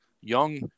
young